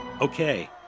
Okay